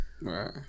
Right